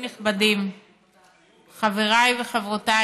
אנחנו ממשיכים